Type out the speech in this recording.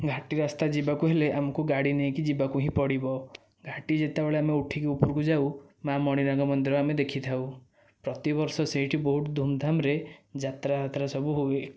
ଘାଟି ରାସ୍ତା ଯିବାକୁ ହେଲେ ଆମକୁ ଗାଡ଼ି ନେଇକି ଯିବାକୁ ହିଁ ପଡିବ ଘାଟି ଯେତେବେଳେ ଆମେ ଉଠିକି ଉପରକୁ ଯାଉ ମା' ମଣିନାଗ ମନ୍ଦିର ଆମେ ଦେଖି ଥାଉ ପ୍ରତି ବର୍ଷ ସେଇଠି ବହୁତ ଧୁମ୍ ଧାମ୍ରେ ଯାତ୍ରା ଫାତ୍ରା ସବୁ ହୁଏ